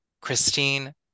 Christine